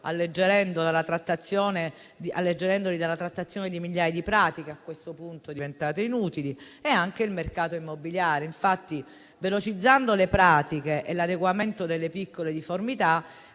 alleggeriti dalla trattazione di migliaia di pratiche a questo punto diventate inutili. Avrà benefici anche il mercato immobiliare: infatti, velocizzando le pratiche e l'adeguamento delle piccole difformità,